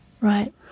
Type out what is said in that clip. Right